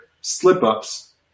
slip-ups